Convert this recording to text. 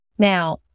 Now